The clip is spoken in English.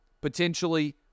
potentially